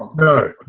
no,